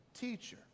teacher